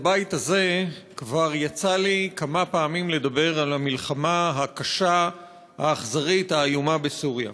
בבית הזה כבר יצא לי כמה פעמים לדבר על המלחמה הקשה והאכזרית בסוריה.